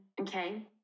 okay